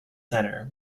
centre